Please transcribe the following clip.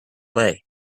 lay